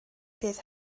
bydd